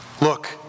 Look